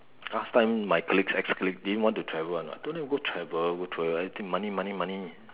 last time my colleagues ex colleague didn't want to travel or not don't want to go travel go travel everything money money money